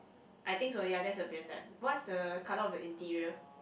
I think so ya that's the beer type what's the colour of the interior